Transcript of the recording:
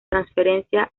transferencia